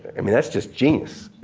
i mean that's just genius.